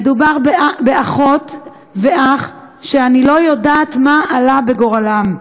מדובר באחות ואח שאני לא יודעת מה עלה בגורלם.